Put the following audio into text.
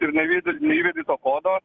ir nevydi neįvedi to kodo